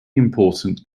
important